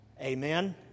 amen